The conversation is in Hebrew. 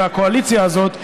והקואליציה הזאת,